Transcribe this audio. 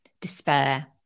despair